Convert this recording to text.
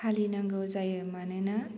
फालिनांगौ जायो मानोना